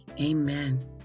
Amen